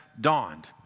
dawned